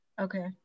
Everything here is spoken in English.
okay